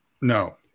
No